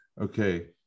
Okay